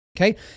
Okay